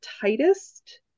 tightest